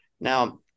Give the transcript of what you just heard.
Now